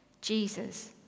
Jesus